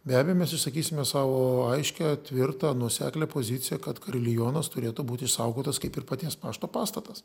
be abejo mes išsakysime savo aiškią tvirtą nuoseklią poziciją kad karilionas turėtų būti išsaugotas kaip ir paties pašto pastatas